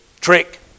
trick